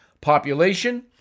population